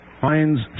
finds